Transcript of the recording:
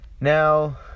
Now